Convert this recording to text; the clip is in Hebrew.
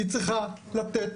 היא צריכה לתת